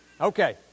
Okay